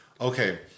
Okay